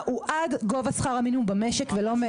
הוא עד גובה שכר המינימום במשק ולא מעבר.